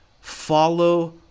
Follow